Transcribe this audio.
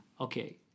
Okay